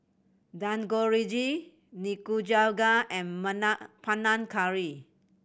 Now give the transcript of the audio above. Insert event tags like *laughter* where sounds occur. Dangojiru Nikujaga and *unintelligible* Panang Curry